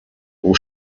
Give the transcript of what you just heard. will